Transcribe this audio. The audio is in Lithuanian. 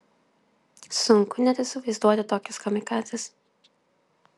sunku net įsivaizduoti tokius kamikadzes